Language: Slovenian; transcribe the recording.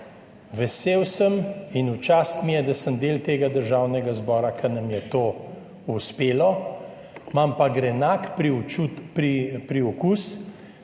vesel sem in v čast mi je, da sem del tega Državnega zbora, ki nam je to uspelo. Imam pa grenak priokus,